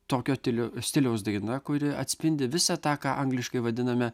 tokio tilio stiliaus daina kuri atspindi visą ta ką angliškai vadiname